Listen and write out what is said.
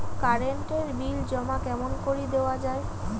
Current এর bill জমা কেমন করি দেওয়া যায়?